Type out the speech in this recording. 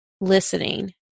listening